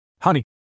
Honey